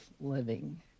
living